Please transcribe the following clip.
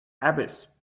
abyss